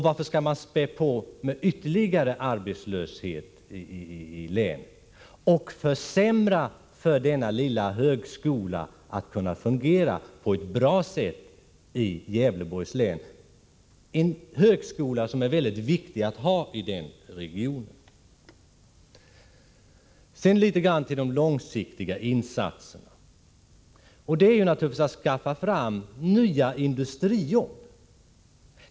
Varför skall man då spä på med ytterligare arbetslöshet och försämra för denna lilla högskola i Gävleborgs län, så att den kanske inte kan fungera på ett bra sätt? Det gäller alltså en högskola som är mycket viktig för den här regionen. Sedan litet grand om de långsiktiga insatserna. Det gäller naturligtvis att skaffa fram nya industrijobb.